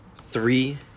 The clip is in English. three